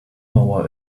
mower